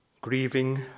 grieving